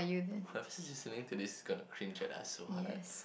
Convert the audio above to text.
whoever is listening to this is gonna cringe at us so hard